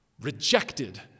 rejected